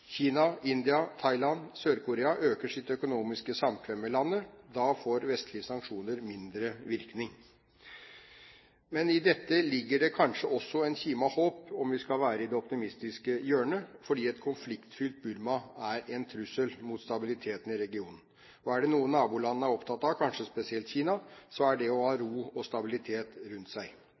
Kina, India, Thailand og Sør-Korea øker sitt økonomiske samkvem med landet. Da får vestlige sanksjoner mindre virkning. Men i dette ligger det kanskje også en kime av håp, om vi skal være i det optimistiske hjørnet, fordi et konfliktfylt Burma er en trussel mot stabiliteten i regionen. Og er det noe nabolandene er opptatt av, kanskje spesielt Kina, er det å ha ro og stabilitet rundt seg.